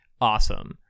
awesome